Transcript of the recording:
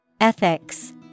Ethics